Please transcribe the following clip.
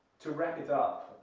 to wrap it up,